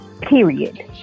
Period